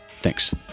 Thanks